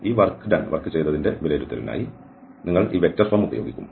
ഈ വർക്ക് ചെയ്തതിന്റെ വിലയിരുത്തലിനായി നിങ്ങൾ ഈ വെക്റ്റർ ഫോം ഉപയോഗിക്കും